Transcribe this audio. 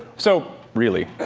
so really,